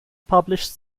published